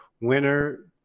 winner